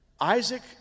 Isaac